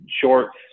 shorts